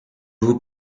vous